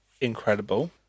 incredible